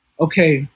Okay